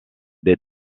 des